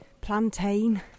Plantain